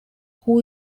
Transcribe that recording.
who